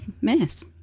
miss